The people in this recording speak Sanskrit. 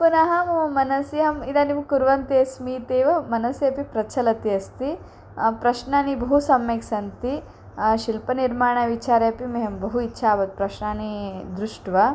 पुनः मम मनसि अहम् इदानीं कुर्वन्ती अस्मि इत्येव मनसि अपि प्रचलति अस्ति प्रश्नाः बहु सम्यक् सन्ति शिल्पनिर्माणविचारे अपि मह्यं बहु इच्छा तावत् प्रश्नान् दृष्ट्वा